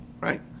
right